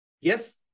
Yes